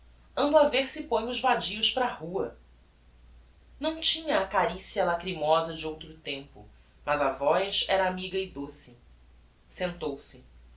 ando a ver se ponho os vadios para a rua não tinha a caricia lacrymosa de outro tempo mas a voz era amiga e doce sentou-se